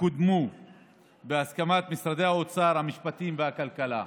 יקודמו בהסכמת משרדי האוצר, המשפטים והכלכלה.